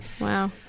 Wow